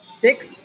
six